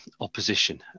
opposition